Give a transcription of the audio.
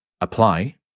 apply